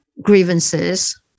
grievances